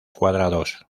cuadrados